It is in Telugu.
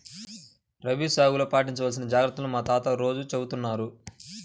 రబీ సాగులో పాటించాల్సిన జాగర్తలను మా తాత రోజూ చెబుతున్నారు